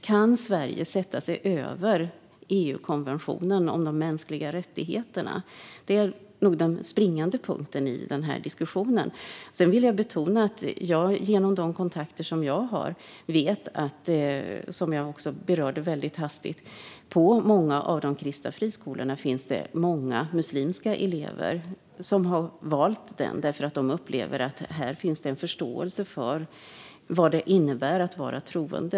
Kan Sverige sätta sig över EU-konventionen om de mänskliga rättigheterna? Det är nog den springande punkten i den här diskussionen. Sedan vill jag betona att jag genom de kontakter jag har vet, vilket jag berörde hastigt, att det på många av de kristna friskolorna finns många muslimska elever. De har valt dessa skolor därför att de upplever att det där finns en förståelse för vad det innebär att vara troende.